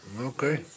Okay